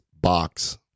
box